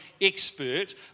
expert